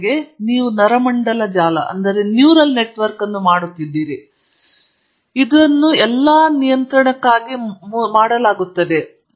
ಉದಾಹರಣೆಗೆ ನೀವು ನರಮಂಡಲ ಜಾಲಗಳನ್ನು ಮಾಡುತ್ತೀರಿ ಮತ್ತು ಇದು ಎಲ್ಲಾ ನಿಯಂತ್ರಣಕ್ಕೆ ಮುಖ್ಯವಾಗಿ ಮಾಡಲಾಗುತ್ತದೆ